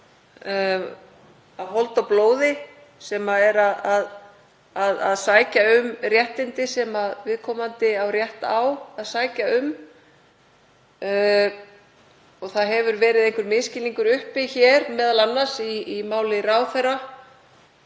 af holdi og blóði sem er að sækja um réttindi sem viðkomandi á rétt á að sækja um. Það hefur verið einhver misskilningur uppi hér, m.a. í máli hæstv.